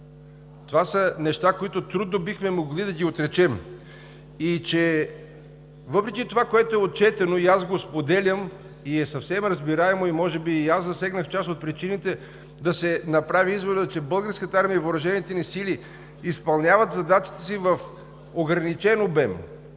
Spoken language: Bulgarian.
Това са неща, които трудно бихме могли да отречем. Въпреки това, което е отчетено и аз го споделям, е съвсем разбираемо и аз засегнах част от причините, е да се направи изводът, че Българската армия и въоръжените ни сили изпълняват задачите си в ограничен обем,